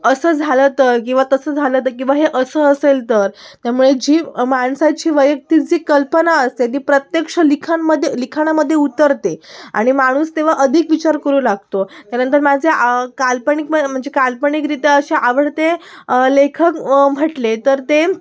असं झालं तर किंवा तसं झालं तर किंवा हे असं असेल तर त्यामुळे जी माणसाची वैयक्तिक जी कल्पना असते ती प्रत्यक्ष लिखाणामध्ये लिखाणामध्ये उतरते आणि माणूस तेव्हा अधिक विचार करू लागतो त्यानंतर माझे आ काल्पनिक मं म्हणजे काल्पनिकरित्या असे आवडते लेखक म्हटले तर ते